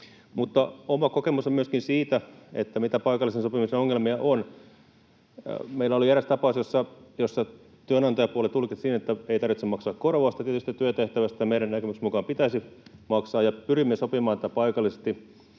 oma kokemus on myöskin siitä, mitä paikallisen sopimisen ongelmia on. Meillä oli eräs tapaus, jossa työnantajapuoli tulkitsi niin, että ei tarvitse maksaa korvausta tietystä työtehtävästä, ja meidän näkemyksen mukaan olisi pitänyt maksaa. Pyrimme sopimaan tätä paikallisesti,